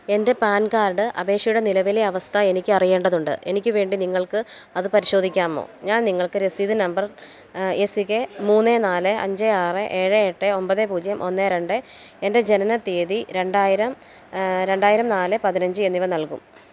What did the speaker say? എൻ്റെ PAN card അപേക്ഷയുടെ നിലവിലെ അവസ്ഥ എനിക്ക് അറിയേണ്ടതുണ്ട് എനിക്ക് വേണ്ടി നിങ്ങൾക്ക് അത് പരിശോധിക്കാമോ ഞാൻ നിങ്ങൾക്ക് രസീത് നമ്പർ എ സി കെ മൂന്ന് നാല് അഞ്ച് ആറ് ഏഴ് എട്ട് ഒമ്പത് പൂജ്യം ഒന്ന് രണ്ട് എൻ്റെ ജനന തിയതി രണ്ടായിരം രണ്ടായിരം നാല് പതിനഞ്ച് എന്നിവ നൽകും